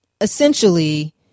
essentially